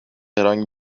herhangi